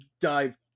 dive